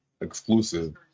exclusive